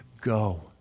go